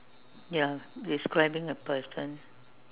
ya describing a person